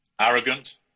arrogant